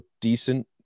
decent